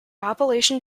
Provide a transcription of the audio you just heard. appalachian